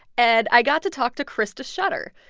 and i got to talk to krista schutter.